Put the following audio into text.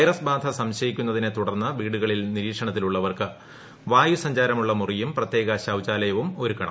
virus ബാധ സംശയിക്കുന്നതിനെ തുടർന്ന് വീടുകളിൽ നിരീക്ഷണത്തിലുളളവർക്ക് വായു സഞ്ചാരമുള്ള മുറിയും പ്രത്യേകം ശൌചാലയവും ഒരുക്കണം